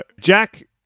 Jack